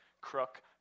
crook